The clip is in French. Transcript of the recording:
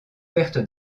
perte